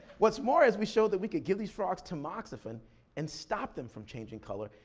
what's more, as we showed that we could give these frogs tamoxifen and stop them from changing color,